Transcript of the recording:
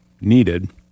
needed